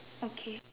okay